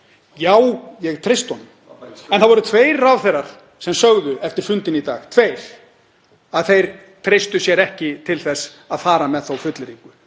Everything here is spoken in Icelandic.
(Gripið fram í.) En það voru tveir ráðherrar sem sögðu eftir fundinn í dag, tveir, að þeir treystu sér ekki til þess að fara með þá fullyrðingu: